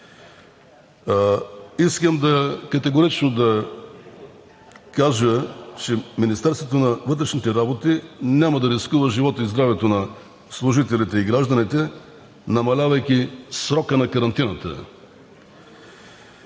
Искам категорично да кажа, че Министерството на вътрешните работи няма да рискува живота и здравето на служителите и гражданите, намалявайки срока на карантината.